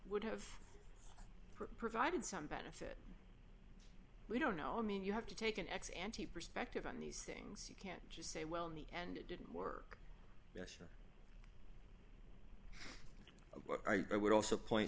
would have provided some benefit we don't know i mean you have to take an ex ante perspective on these things can't just say well in the end it didn't work but i would also point